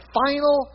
final